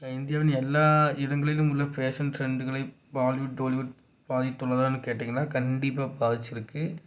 இந்தியாவின் எல்லா இடங்களிலும் உள்ள ஃபேஷன் டிரெண்டுகளை பாலிவுட் டோலிவுட் பாதித்துள்ளதான்னு கேட்டீங்கன்னால் கண்டிப்பாக பாதிச்சுருக்கு